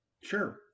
Sure